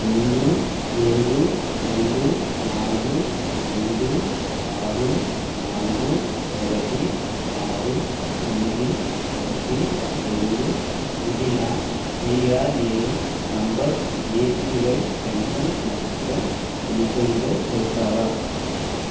రెండు ఏడు రెండు నాలుగు రెండు ఆరు నాలుగు ఒకటి ఆరు తొమ్మిది ఒకటి రెండు ఇది నా పిఆర్ఏఎన్ నంబర్ ఏపివై పెన్షన్ మొత్తం ఎంత ఉందో చూస్తావా